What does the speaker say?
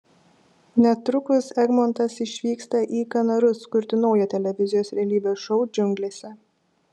netrukus egmontas išvyksta į kanarus kurti naujo televizijos realybės šou džiunglėse